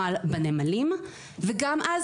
מאז 2018 ולפני זה, וגם היום,